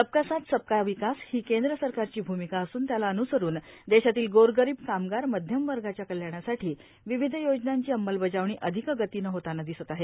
सबका साथ सबका विकास ही केंद्र सरकारची भुमिका असुन त्याला अनुसरुन देशातील गोरगरीब कामगार मध्यमवर्गाच्या कल्याणासाठी विविध योजनांची अंमलबजावणी अधिक गतीनं होताना दिसत आहे